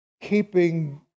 keeping